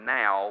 now